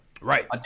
Right